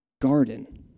garden